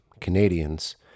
Canadians